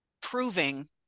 proving